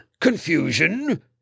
Confusion